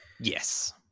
Yes